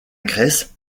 grèce